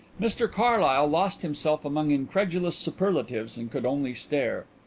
mr carlyle lost himself among incredulous superlatives and could only stare.